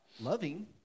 loving